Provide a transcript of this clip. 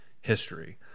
history